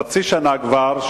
חצי שנה כבר,